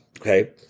okay